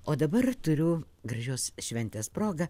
o dabar turiu gražios šventės proga